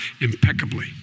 impeccably